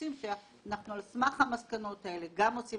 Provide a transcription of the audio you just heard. שעל סמך המסקנות האלה אנחנו גם עושים